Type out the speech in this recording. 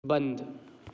बंद